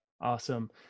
Awesome